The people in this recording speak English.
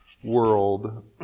World